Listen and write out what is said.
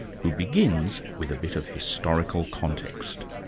who begins with a bit of historical context.